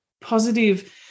positive